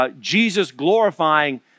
Jesus-glorifying